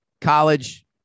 college